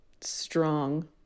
strong